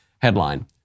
Headline